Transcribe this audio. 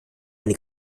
eine